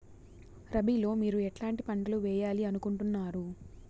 రబిలో మీరు ఎట్లాంటి పంటలు వేయాలి అనుకుంటున్నారు?